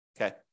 okay